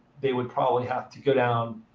they would probably have to go down